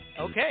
Okay